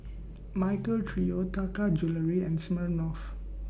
Michael Trio Taka Jewelry and Smirnoff